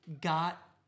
got